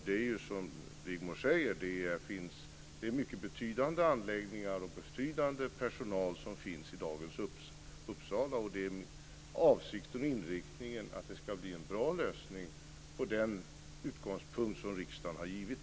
Det är mycket betydande anläggningar och personal som i dag finns i Uppsala. Det är avsikten och inriktningen att det ska bli en bra lösning med den utgångspunkt som riksdagen har givit.